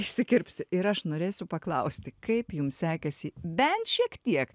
išsikirpsiu ir aš norėsiu paklausti kaip jums sekėsi bent šiek tiek